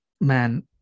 man